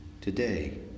Today